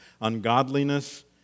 Ungodliness